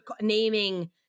naming